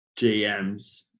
GMs